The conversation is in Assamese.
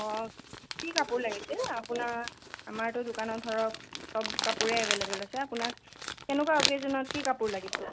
অঁ কি কাপোৰ লাগিছিল আপোনাৰ আমাৰটো দোকানত ধৰক চব কাপোৰেই এভেইলেবল আছে আপোনাক কেনেকুৱা অকেজনত কি কাপোৰ লাগিছিল